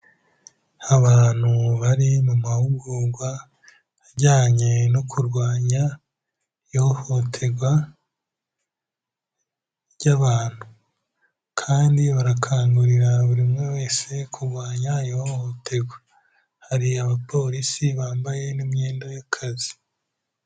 Abantu bari mu mahugurwa ajyanye no kurwanya ihohoterwa ry'abantu kandi barakangurira buri umwe wese kurwanya ihohoterwa, hari Abapolisi bambaye n'imiyenda y'akazi.